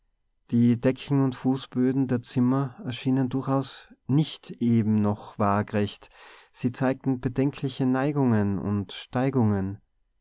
die decken und fußböden der zimmer erschienen durchaus nicht eben noch wagrecht sie zeigten bedenkliche neigungen und steigungen